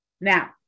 now